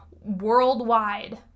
worldwide